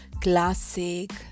classic